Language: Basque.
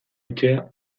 etxea